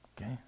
Okay